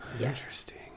Interesting